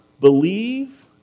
believe